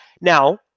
Now